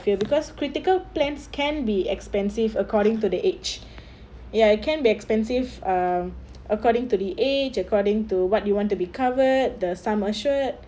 I fear because critical plans can be expensive according to the age ya it can be expensive uh according to the age according to what you want to be covered the sum assured